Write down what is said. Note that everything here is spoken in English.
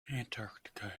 antarctica